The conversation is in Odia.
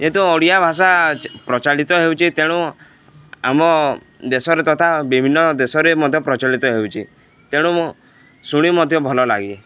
ଯେହେତୁ ଓଡ଼ିଆ ଭାଷା ପ୍ରଚଳିତ ହେଉଛି ତେଣୁ ଆମ ଦେଶରେ ତଥା ବିଭିନ୍ନ ଦେଶରେ ମଧ୍ୟ ପ୍ରଚଳିତ ହେଉଛି ତେଣୁ ମୁଁ ଶୁଣି ମଧ୍ୟ ଭଲ ଲାଗେ